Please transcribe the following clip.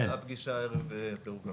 נקבעה פגישה ערב פירוק הממשלה.